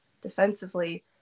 defensively